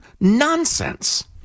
nonsense